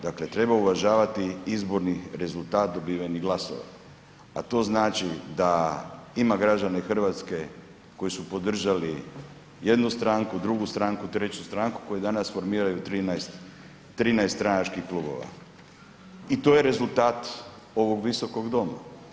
Dakle, treba uvažavati izborni rezultat dobivenih glasova, a to znači da ima građana Hrvatske koji su podržali jednu stranku, drugu stranku, treću stranku koje danas formiraju 13 stranačkih klubova i to je rezultat ovog Visokog doma.